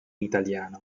italiano